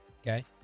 Okay